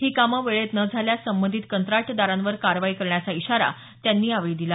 ही कामं वेळेत न झाल्यास संबंधित कंत्राटदारांवर कारवाई करण्याचा इशारा त्यांनी यावेळी दिला